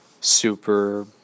super